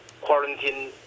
quarantine